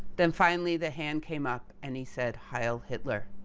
then, finally, the hand came up, and he said, heil hitler!